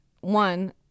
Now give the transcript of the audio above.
one